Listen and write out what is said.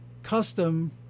custom